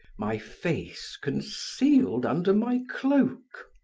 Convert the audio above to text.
my face concealed under my cloak.